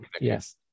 yes